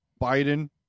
biden